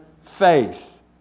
faith